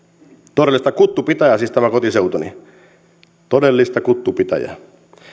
todellista kuttupitäjää siis tämä kotiseutuni todellista kuttupitäjää